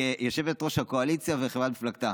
כיושבת-ראש הקואליציה וחברת מפלגתה,